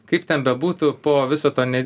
kaip ten bebūtų po viso to ne